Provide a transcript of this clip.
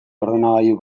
ordenagailu